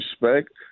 respect